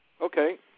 Okay